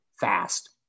fast